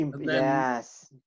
Yes